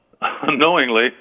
unknowingly